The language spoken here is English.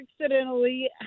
accidentally